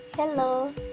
Hello